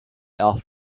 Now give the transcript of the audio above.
off